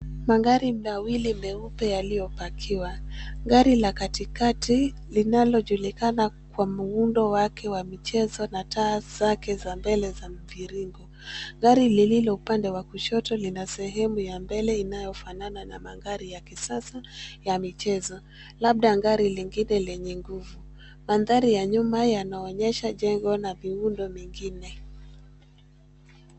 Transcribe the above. Magari mawili meupe yaliyopakiwa. Gari la katikati linalojulikana kwa muundo wake wa michezo na taa zake za mbele za mviringo. Gari lililo upande wa kushoto lina sehemu ya mbele inayofanana na magari ya kisasa ya michezo, labda gari lengine lenye nguvu. Mandhari ya nyuma yanaonyesha jengo na miundo mingine.